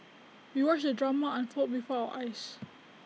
we watched the drama unfold before our eyes